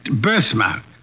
birthmark